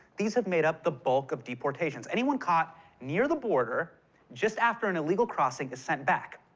these have made up the bulk of deportations. anyone caught near the border just after an illegal crossing is sent back.